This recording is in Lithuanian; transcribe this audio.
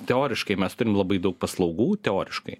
teoriškai mes turim labai daug paslaugų teoriškai